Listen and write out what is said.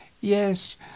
Yes